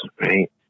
right